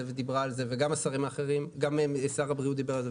ודיברה על זה וגם שר הבריאות דיבר על זה,